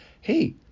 hey